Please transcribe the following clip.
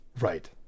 right